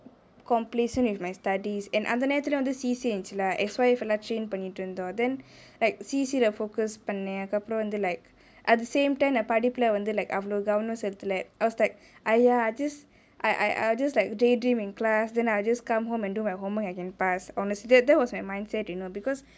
complacent with my studies and அந்த நேரத்துலே வந்து:antha nerathulae vanthu C_C_A இருந்துச்சுலா:irunthuchulaa S_Y full லா:la change பண்ணிட்டு இருந்தோ:pannitu iruntho then like C_C_A focus பண்ணு அதுக்கு அப்ரோ வந்து:pannu athuku apro vanthu like at the same time நா படிப்புலே வந்து:naa padippulae vanthu like அவலொ கவனொ செலுத்தலே:avalo gavano seluthalae I was like ya I just I I was just like daydream in class then I just come home and do my homework I can pass honestly that was my mindset you know because